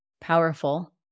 powerful